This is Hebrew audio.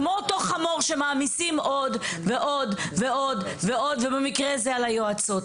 כמו אותו חמור שמעמיסים עוד ועוד ועוד ועוד ובמקרה זה על היועצות.